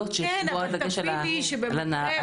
אלה לא קריטריונים שנבחנים בחוק המגבלות --- על הנפגעת.